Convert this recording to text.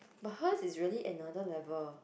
but hers is really another level